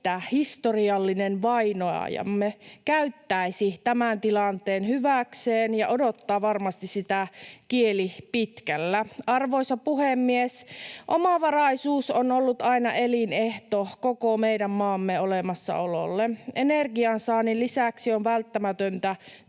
että historiallinen vainoajamme käyttäisi tämän tilanteen hyväkseen ja odottaa varmasti sitä kieli pitkällä. Arvoisa puhemies! Omavaraisuus on ollut aina elinehto koko meidän maamme olemassaololle. Energiansaannin lisäksi on välttämätöntä